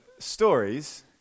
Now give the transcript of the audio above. stories